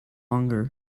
longer